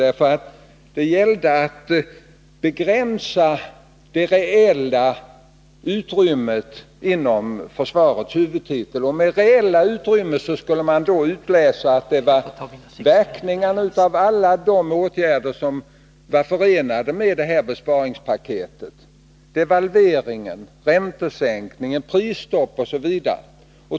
Det gällde nämligen att begränsa det reella utrymmet inom försvarets huvudtitel. Och det reella utrymmet skulle bedömas efter verkningarna av alla de åtgärder som var förenade med besparingspaketet — devalveringen, räntesänkningen, prisstoppet osv.